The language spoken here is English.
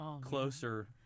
closer